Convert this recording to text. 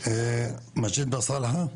שלום מג'יד מסאלחה.